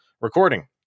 recording